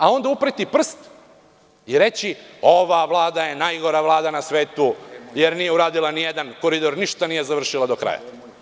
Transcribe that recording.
A onda upreti prst i reći - ova Vlada je najgora Vlada na svetu, jer nije uradila ni jedan koridor, ništa nije završila do kraja.